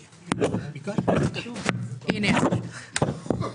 שהכסף מן המס יהיה כסף צבוע לשני